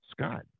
Scott